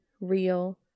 real